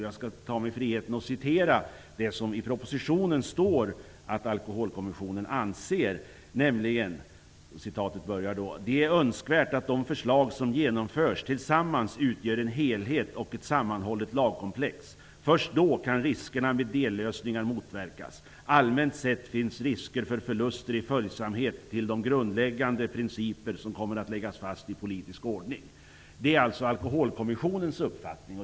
Jag skall ta mig friheten att citera vad det i en bilaga till propositionen står att Alkoholpolitiska kommissionen anser: ''det är önskvärt att de förslag som genomförs tillsammans utgör en helhet och ett sammanhållet lagkomplex. Först då kan riskerna med dellösningar motverkas. Allmänt sett finns risk för förluster i följsamhet till de grundläggande principer som kommer att läggas fast i politisk ordning.'' Detta är alltså Alkoholpolitiska kommissionens uppfattning.